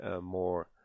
more